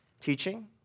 Teaching